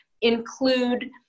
include